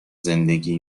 زندگی